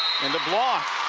and the block